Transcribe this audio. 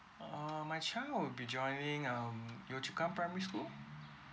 err my child will be joining um yio chu kang primary school